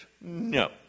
No